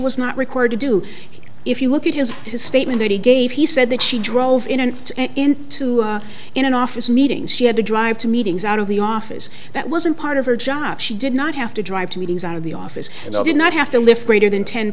was not required to do if you look at his his statement that he gave he said that she drove in and into in an office meetings she had to drive to meetings out of the office that wasn't part of her job she did not have to drive to meetings out of the office and i did not have to lift greater than ten